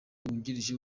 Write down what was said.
wungirije